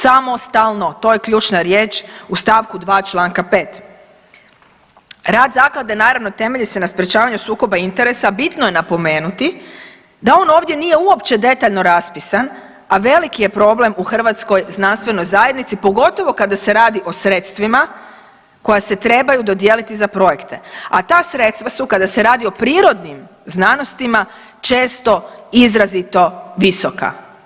Samostalno, to je ključna riječ u stavku 2. Članka 5. Rad zaklade naravno temelji se na sprječavanju sukoba interesa, bitno je napomenuti da on ovdje nije uopće detaljno raspisan, a veliki je problem u hrvatskoj znanstvenoj zajednici pogotovo kada se radi o sredstvima koja se trebaju dodijeliti za projekte, a ta sredstva su kada se radi o prirodnim znanostima često izrazito visoka.